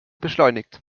beschleunigt